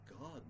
God